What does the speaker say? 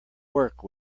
work